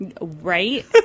Right